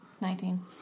Nineteen